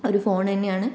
ഒരു ഫോണ് തന്നെയാണ്